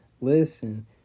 listen